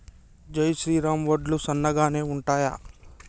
జై శ్రీరామ్ వడ్లు సన్నగనె ఉంటయా?